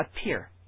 appear